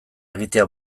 egitea